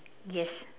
yes